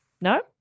No